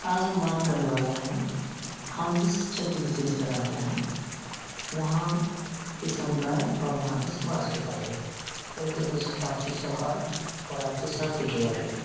आज हम बात करने वाले हैं हम जिस क्षेत्र विशेष में रहते हैं वहाँ के समुदाय और वहाँ के समाज के बारे में उनके बीच आपसी और आपसी शांति के बारे में